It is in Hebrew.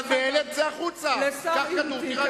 אתה בהלם, צא החוצה, קח כדור, תירגע.